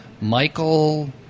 Michael